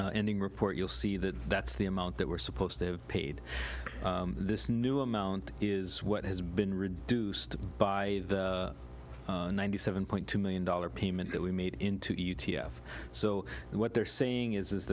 ending report you'll see that that's the amount that we're supposed to have paid this new amount is what has been reduced by ninety seven point two million dollars payment that we made in two e t f so what they're saying is